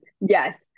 yes